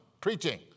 preaching